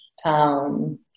Town